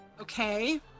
okay